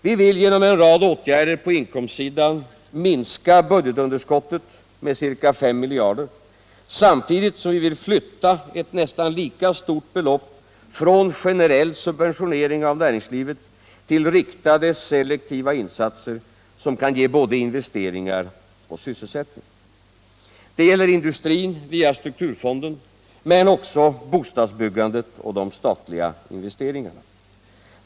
Vi vill genom en rad åtgärder på inkomstsidan minska budgetunderskottet med ca 5 miljarder, samtidigt som vi vill flytta ett nästan lika stort belopp från generell subventionering av näringslivet till riktade, selektiva insatser som kan ge både investeringar och sysselsättning. Det gäller industrin via strukturfonden men också bostadsbyggandet och de statliga investeringarna.